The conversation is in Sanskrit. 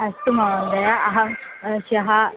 अस्तु महोदया अहं श्वः